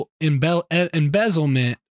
embezzlement